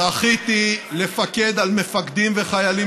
לאורך כל שנותיי זכיתי לפקד על מפקדים וחיילים